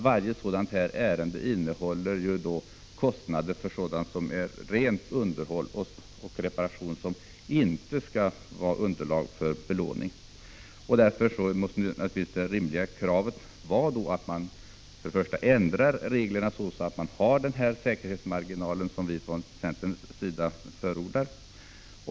Varje ansökningsärende innehåller ju kostnader för sådant som är rent underhåll och reparation — som inte skall utgöra underlag för belåning. Därför måste naturligtvis det rimliga kravet vara att man för det första ändrar reglerna, så att man får den säkerhetsmarginal som vi från centerns sida förordar.